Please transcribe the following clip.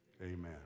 amen